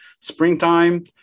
springtime